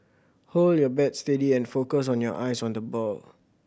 hold your bat steady and focus on your eyes on the ball